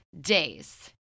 days